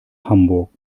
hamburg